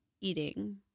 eating